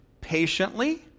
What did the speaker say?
patiently